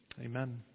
Amen